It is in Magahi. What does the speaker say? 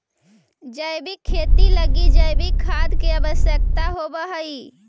जैविक खेती लगी जैविक खाद के आवश्यकता होवऽ हइ